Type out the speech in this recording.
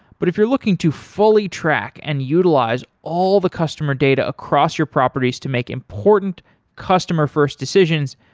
but if you're looking to fully track and utilize all the customer data across your properties to make important customer-first decisions,